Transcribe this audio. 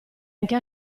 anche